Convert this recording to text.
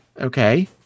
Okay